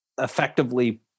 effectively